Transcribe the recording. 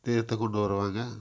தீர்த்தம் கொண்டு வருவாங்க